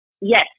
Yes